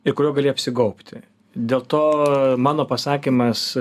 ir kuriuo gali apsigobti dėl to mano pasakymas